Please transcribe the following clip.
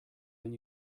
when